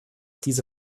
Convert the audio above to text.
diese